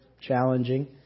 challenging